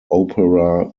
opera